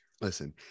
listen